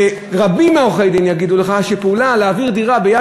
ורבים מעורכי-הדין יגידו לך שלהעביר דירה מיד